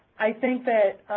i think that